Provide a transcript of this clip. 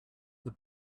the